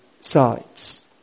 sides